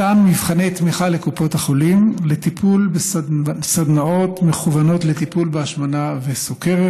מתן מבחני תמיכה לקופות החולים לסדנאות מכוונות לטיפול בהשמנה וסוכרת,